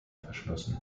verschlossen